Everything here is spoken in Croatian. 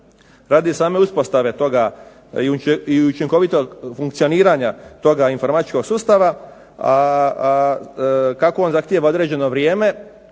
radi same uspostave toga i učinkovitog funkcioniranja toga informatičkog sustava, a kako on zahtijeva određeno vrijeme